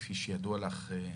כפי שידוע לך,